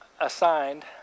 assigned